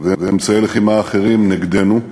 ואמצעי לחימה אחרים נגדנו,